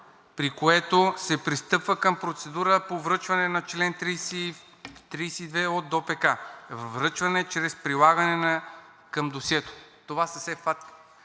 при което се пристъпва към процедура по връчване по чл. 32 от ДОПК – връчване чрез прилагане към досието. Това са все факти,